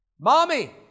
Mommy